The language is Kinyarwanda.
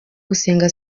gusenga